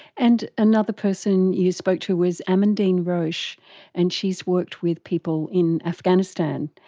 and another person you spoke to was amandine roche and she's worked with people in afghanistan.